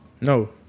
No